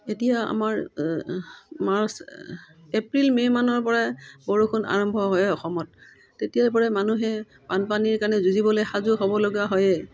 এতিয়া আমাৰ March April May মানৰপৰাই বৰষুণ আৰম্ভ হয় অসমত তেতিয়াৰপৰাই মানুহে বানপানীৰ কাৰণে যুঁজিবলৈ সাজু হ'ব লগা হয়েই